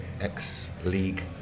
ex-league